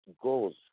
goes